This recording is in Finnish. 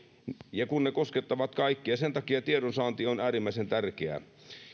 ja ne koskettavat kaikkia sen takia tiedonsaanti on äärimmäisen tärkeää